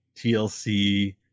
TLC